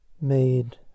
made